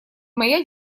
моя